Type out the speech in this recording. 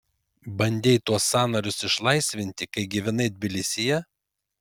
bandei tuos sąnarius išlaisvinti kai gyvenai tbilisyje